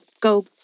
go